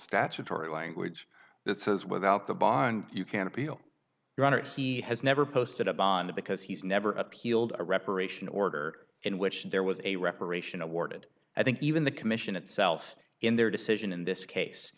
statutory language that says without the bond you can appeal your honor he has never posted a bond because he's never appealed a reparation order in which there was a reparation awarded i think even the commission itself in their decision in this case